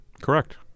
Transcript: Correct